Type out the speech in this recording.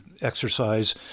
exercise